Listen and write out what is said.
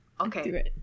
Okay